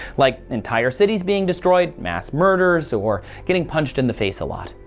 like entire cities being destroyed mass murders or getting punched in the face a lot.